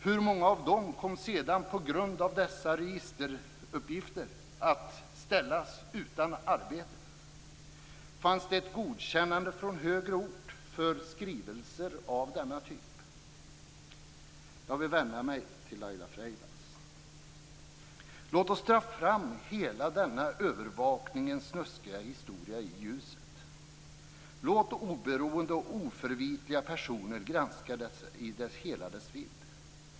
Hur många av dem kom sedan på grund av dessa registeruppgifter att ställas utan arbete? Fanns det ett godkännande från högre ort för skrivelser av denna typ? Jag vill vända mig till Laila Freivalds. Låt oss dra fram hela denna övervakningens snuskiga historia i ljuset. Låt oberoende och oförvitliga personer granska detta i hela dess vidd.